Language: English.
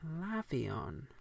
Lavion